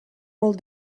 molt